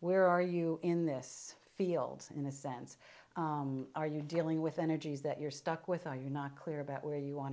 where are you in this field in a sense are you dealing with energies that you're stuck with are you not clear about where you want to